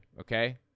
okay